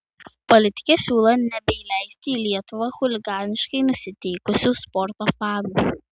politikė siūlo nebeįleisti į lietuvą chuliganiškai nusiteikusių sporto fanų